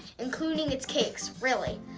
including its cakes. really!